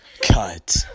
cut